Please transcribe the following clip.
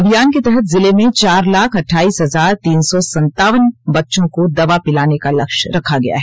अभियान के तहत जिले में चार लाख अठाइस हजार तीन सौ सनतावन बच्चों को दवा पिलाने का लक्ष्य रखा गया है